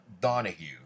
Donahue